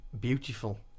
beautiful